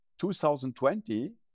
2020